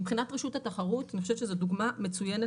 מבחינת רשות התחרות אני חושבת שזאת דוגמה מצויינת